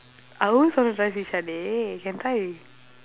I also dey can try